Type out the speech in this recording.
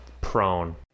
prone